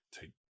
take